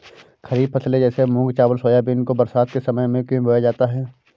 खरीफ फसले जैसे मूंग चावल सोयाबीन को बरसात के समय में क्यो बोया जाता है?